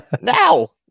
Now